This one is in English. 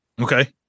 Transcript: Okay